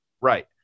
right